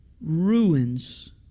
ruins